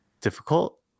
difficult